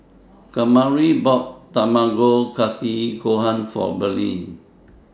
Kamari bought Tamago Kake Gohan For Bernie